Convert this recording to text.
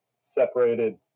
separated